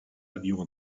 avion